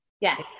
Yes